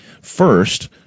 first